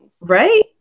right